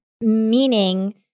meaning